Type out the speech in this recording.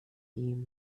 ihm